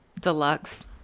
Deluxe